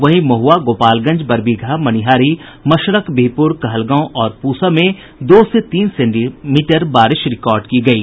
वहीं महुआ गोपालगंज बरबीघा मनिहारी मशरख बिहपुर कहलगांव और पूसा में दो से तीन सेंटीमीटर बारिश रिकार्ड की गयी